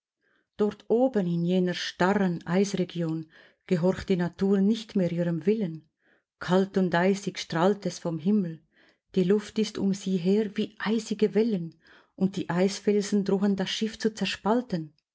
dort oben in jener starren eisregion gehorcht die natur nicht mehr ihrem willen kalt und eisig strahlt es vom himmel die luft ist um sie her wie eisige wellen und die eisfelsen drohen das schiff zu zerspalten